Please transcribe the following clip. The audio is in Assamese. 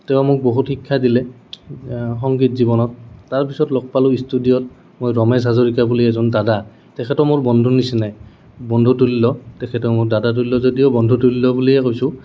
তেওঁ মোক বহুত শিক্ষা দিলে সংগীত জীৱনত তাৰপিছত লগ পালোঁ ষ্টুডিঅ'ত মই ৰমেেশ হাজৰিকা বুলি এজন দাদা তেখেতো মোৰ বন্ধুৰ নিচিনাই বন্ধু তুল্য তেখেতো মোৰ দাদা তুল্য যদিও বন্ধু তুল্য বুলিয়ে কৈছোঁ